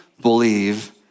Believe